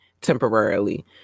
temporarily